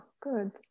Good